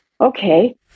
okay